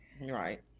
Right